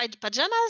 pajamas